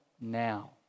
now